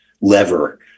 lever